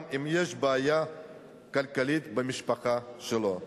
גם אם יש בעיה כלכלית במשפחה שלו.